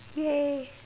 !yay!